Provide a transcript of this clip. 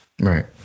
Right